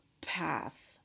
path